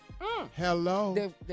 Hello